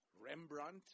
Rembrandt